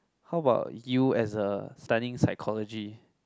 how about you as a studying psychology